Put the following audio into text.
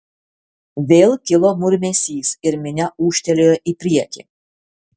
vėl kilo murmesys ir minia ūžtelėjo į priekį